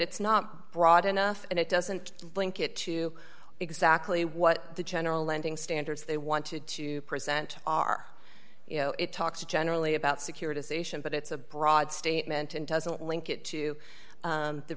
it's not broad enough and it doesn't link it to exactly what the general lending standards they wanted to present are you know it talks generally about securitization but it's a broad statement and doesn't link it to